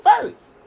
first